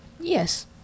Yes